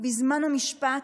בזמן המשפט,